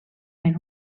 mijn